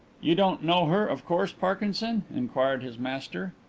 you don't know her, of course, parkinson? inquired his master.